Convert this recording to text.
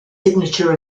signature